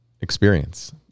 experience